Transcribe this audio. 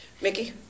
Mickey